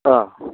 अ